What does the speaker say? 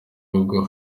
rugo